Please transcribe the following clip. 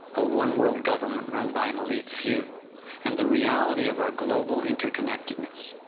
a one world government run by an elite few and the reality of our global interconnectedness,